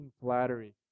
flattery